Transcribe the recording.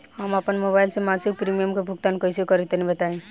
हम आपन मोबाइल से मासिक प्रीमियम के भुगतान कइसे करि तनि बताई?